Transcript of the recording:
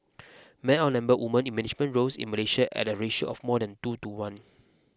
men outnumber women in management roles in Malaysia at a ratio of more than two to one